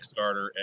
Kickstarter